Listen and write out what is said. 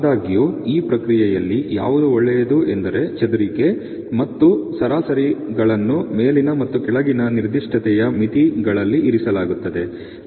ಆದಾಗ್ಯೂ ಈ ಪ್ರಕ್ರಿಯೆಯಲ್ಲಿ ಯಾವುದು ಒಳ್ಳೆಯದು ಎಂದರೆ ಚೆದರಿಕೆ ಮತ್ತು ಸರಾಸರಿಗಳನ್ನು ಮೇಲಿನ ಮತ್ತು ಕೆಳಗಿನ ನಿರ್ದಿಷ್ಟತೆಯ ಮಿತಿಗಳಲ್ಲಿ ಇರಿಸಲಾಗುತ್ತದೆ